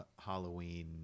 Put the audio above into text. Halloween